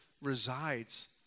resides